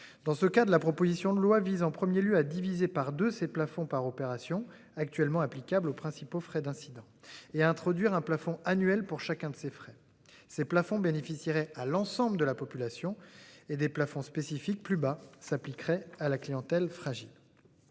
Dans ce cas, de la proposition de loi vise en 1er lieu à diviser par 2 ses plafonds par opération actuellement applicables aux principaux frais d'incident et à introduire un plafond annuel pour chacun de ces frais. Ces plafonds bénéficierait à l'ensemble de la population et des plafonds spécifiques plus bas s'appliquerait à la clientèle fragile.